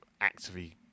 actively